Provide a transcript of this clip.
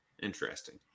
interesting